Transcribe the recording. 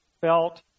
felt